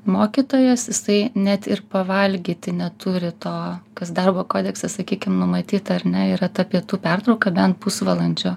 mokytojas jisai net ir pavalgyti neturi to kas darbo kodekse sakykim numatyta ar ne yra ta pietų pertrauką bent pusvalandžio